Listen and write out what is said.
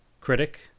critic